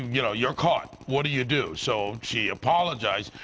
you know, you're caught. what do you do? so she apologized.